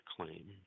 claim